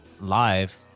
live